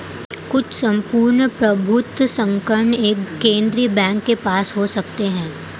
कुछ सम्पूर्ण प्रभुत्व संपन्न एक केंद्रीय बैंक के पास हो सकते हैं